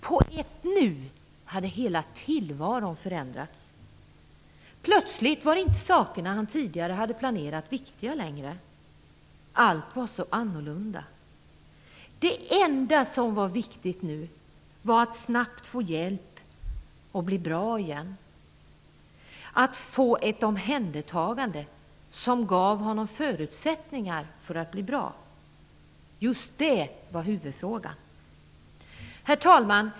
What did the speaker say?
På ett nu hade hela tillvaron förändrats. Plötsligt var sakerna han tidigare hade planerat inte viktiga längre. Allt var så annorlunda. Det enda som var viktigt nu var att snabbt få hjälp och bli bra igen - att få ett omhändertagande som gav honom förutsättningar för att bli bra. Just det var huvudfrågan. Herr talman!